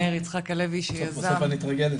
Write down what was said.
מאיר יצחק הלוי, שיזם --- בסוף אני אתרגל לזה.